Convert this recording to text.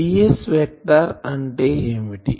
ds vector అంటే ఏమిటి